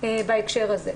בהקשר הזה.